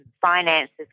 finances